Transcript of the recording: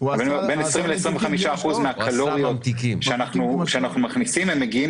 25% מן הקלוריות שאנחנו מכניסים מגיעים